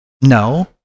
No